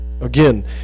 Again